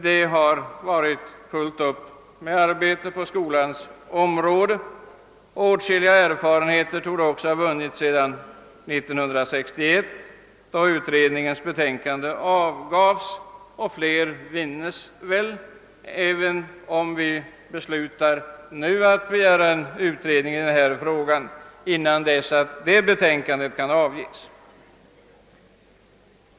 Det har hittills varit arbete nog på skolans område, och åtskilliga erfarenheter torde ha vunnits sedan år 1961, då nämnda utrednings betänkande avgavs. Fler vinnes väl, även om vi nu beslutar att begära en utredning i denna fråga, innan dess betänkande kan avlämnas.